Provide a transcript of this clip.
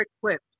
equipped